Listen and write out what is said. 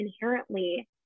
inherently